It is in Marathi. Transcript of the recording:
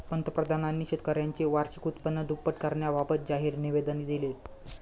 पंतप्रधानांनी शेतकऱ्यांचे वार्षिक उत्पन्न दुप्पट करण्याबाबत जाहीर निवेदन दिले